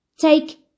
take